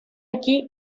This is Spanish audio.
aquí